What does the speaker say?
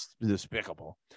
despicable